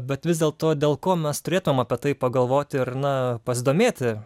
bet vis dėl to dėl ko mes turėtume apie tai pagalvoti ir na pasidomėti